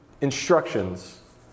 instructions